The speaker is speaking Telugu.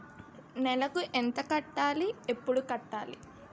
నెలకు ఎంత కట్టాలి? ఎప్పుడు కట్టాలి?